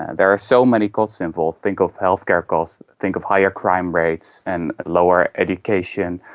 there are so many costs involved. think of healthcare costs, think of higher crime rates and lower education.